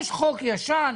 יש חוק ישן,